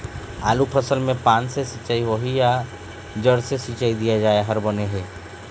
आलू फसल मे पान से सिचाई होही या जड़ से सिचाई दिया जाय हर बने हे?